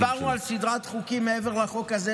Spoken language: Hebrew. דיברנו על סדרת חוקים מעבר לחוק הזה,